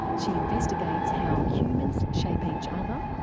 she investigates how humans shape each other,